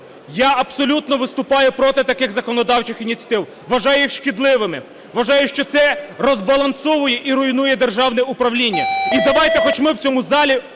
Я абсолютно виступаю проти таких законодавчих ініціатив, вважаю їх шкідливими, вважаю, що це розбалансовує і руйнує державне управління. І давайте хоч ми в цьому залі